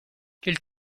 quel